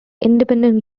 independent